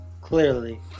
clearly